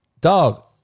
Dog